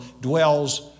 dwells